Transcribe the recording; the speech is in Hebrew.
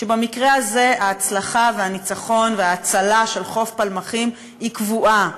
שבמקרה הזה ההצלחה והניצחון וההצלה של חוף פלמחים היא קבועה,